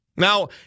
Now